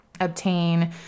obtain